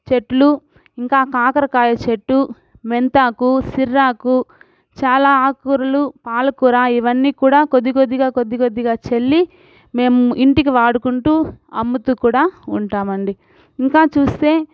చెట్లు ఇంకా కాకరకాయ చెట్టు మెంతాకు సిర్రాకు చాలా ఆకుకూరలు పాలకూర ఇవన్నీ కూడా కొద్దీ కొద్దిగా కొద్దీ కొద్దిగా చల్లి మేము ఇంటికి వాడుకుంటు అమ్ముతు కూడా ఉంటాం అండి ఇంకా చూస్తే